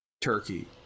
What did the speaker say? Turkey